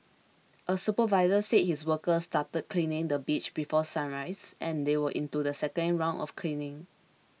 a supervisor said his workers started cleaning the beach before sunrise and they were into the second round of cleaning